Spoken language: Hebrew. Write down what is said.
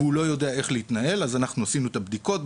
ולא יודע איך להתנהל עשינו את הבדיקות,